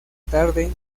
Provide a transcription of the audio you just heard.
tarde